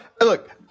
look